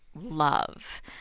love